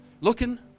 looking